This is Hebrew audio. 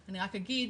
אני רק אגיד